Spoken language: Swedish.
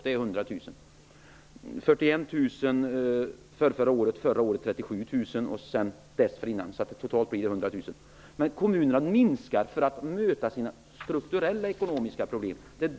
Det är faktiskt så: 37 000 förra året, 41 000 förförra året och resten dessförinnan. Kommunerna har avskedat för att möta sina strukturella ekonomiska problem.